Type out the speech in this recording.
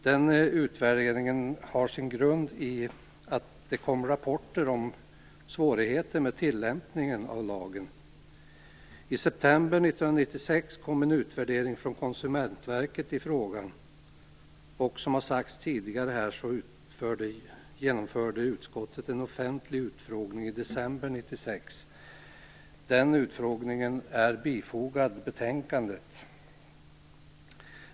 Den utvärderingen har sin grund i att det kom rapporter om svårigheter med tillämpningen av lagen. I september 1996 kom en utvärdering från Konsumentverket i frågan. Som har sagts tidigare genomförde utskottet en offentlig utfrågning i december 1996. Den utfrågningen är bifogad betänkandet.